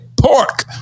pork